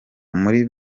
muri